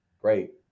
Great